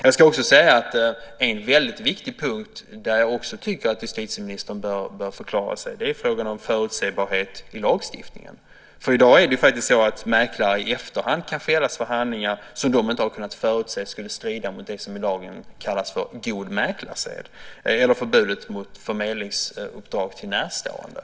Jag tycker att en väldigt viktig punkt där justitieministern också bör förklara sig är frågan om förutsägbarhet i lagstiftningen. I dag är det faktiskt så att mäklare i efterhand kan fällas för handlingar som de inte har kunnat förutse skulle strida mot det som i lagen kallas god mäklarsed. Det gäller förbudet mot förmedlingsuppdrag till närstående.